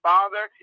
Father